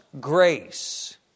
grace